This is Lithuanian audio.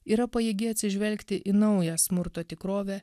yra pajėgi atsižvelgti į naują smurto tikrovę